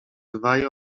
dwaj